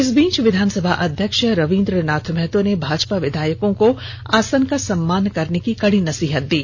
इस बीच विधानसभा अध्यक्ष रवींद्र नाथ महतो ने भाजपा विधायकों को आसन का सम्मान करने की कड़ी नसीहत दी